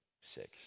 six